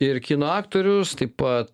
ir kino aktorius taip pat